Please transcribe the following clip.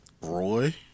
Roy